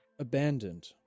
Abandoned